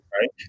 Right